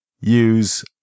use